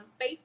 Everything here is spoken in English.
Facebook